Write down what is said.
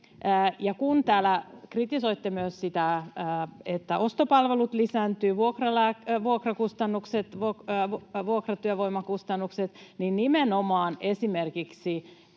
kritisoitte myös sitä, että ostopalvelut ja vuokratyövoimakustannukset lisääntyvät, niin nimenomaan esimerkiksi